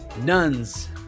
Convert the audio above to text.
nuns